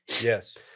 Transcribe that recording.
Yes